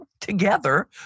together